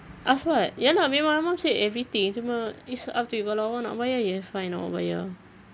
ask what ya lah memang my mum said everything so my m~ it's up to you kalau awak nak bayar yes fine awak bayar